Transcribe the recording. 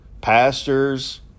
pastors